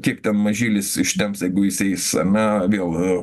kiek ten mažylis ištemps jeigu jis eis ar ne vėl